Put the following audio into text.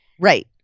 Right